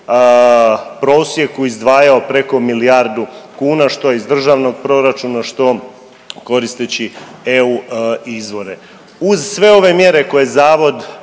prosjeku izdvajao preko milijardu kuna što iz državnog proračuna, što koristeći EU izvore. Uz sve ove mjere koje zavod